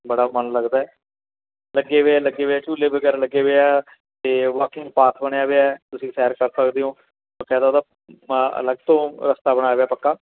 ਬੜਾ ਮਨ ਲੱਗਦਾ ਲੱਗੇ ਵੇ ਹੈ ਲੱਗੇ ਵੇ ਹੈ ਝੂਲੇ ਵਗੈਰਾ ਲੱਗੇ ਹੋਏ ਆ ਅਤੇ ਵਾਕਈ ਪਾਰਕ ਬਣਿਆ ਹੋਇਆ ਤੁਸੀਂ ਸੈਰ ਕਰ ਸਕਦੇ ਹੋ ਬਕਾਇਦਾ ਉਹਦਾ ਅਲੱਗ ਤੋਂ ਰਸਤਾ ਬਣਾਇਆ ਹੋਇਆ ਪੱਕਾ